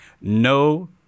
No